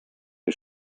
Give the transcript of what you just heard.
que